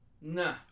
Nah